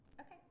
Okay